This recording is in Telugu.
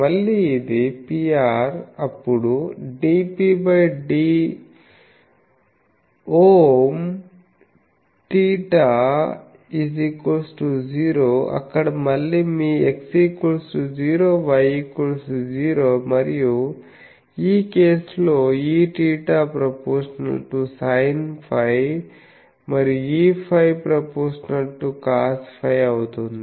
మళ్ళీ ఇది Pr అప్పుడు dPdΩ0Iθ0అక్కడ మళ్ళీ మీ X 0 Y 0 మరియు ఈ కేసులో Eθ ∝ sinφ మరియు Eφ ∝ cosφ అవుతుంది